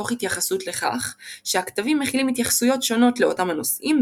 תוך התייחסות לכך שהכתבים מכילים התייחסויות שונות לאותם הנושאים,